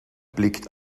blickt